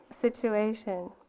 situation